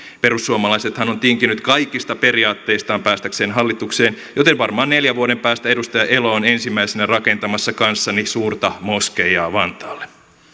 perussuomalaisethan on tinkinyt kaikista periaatteistaan päästäkseen hallitukseen joten varmaan neljän vuoden päästä edustaja elo on ensimmäisenä rakentamassa kanssani suurta moskeijaa vantaalle